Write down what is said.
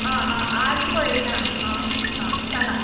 आं आं आज पळयतां आं आं सांगात